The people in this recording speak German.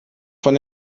von